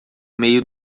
meio